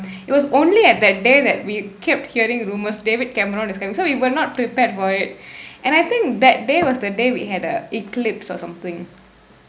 it was only at that day that we kept hearing rumors david cameron is coming so we were not prepared for it and I think that day was the day we had a eclipse or something